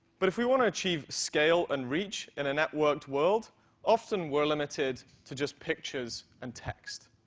but if we want to achieve scale and reach in a networked world often we're limited to just pictures and text.